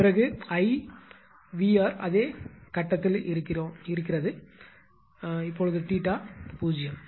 பிறகு I and 𝑉𝑅 அது அதே கட்டத்தில் இருக்கிறோம் 𝜃 என்பது பூஜ்ஜியம்